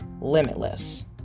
limitless